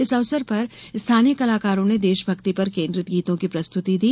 इस अवसर पर स्थानीय कलाकारो ने देशभक्ति पर केन्द्रित गीतों की प्रस्तुति दी